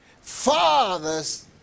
fathers